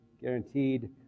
guaranteed